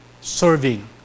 serving